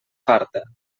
farta